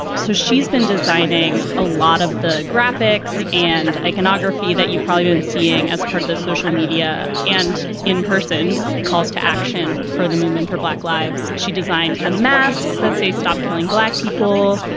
so she's been designing a lot of the graphics and iconography that you probably aren't seeing as part of the social media and in person calls to action for the movement for black lives. she designed the masks. that's a stop killing black people.